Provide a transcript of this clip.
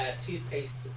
toothpaste